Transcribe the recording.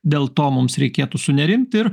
dėl to mums reikėtų sunerimt ir